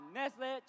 Nestle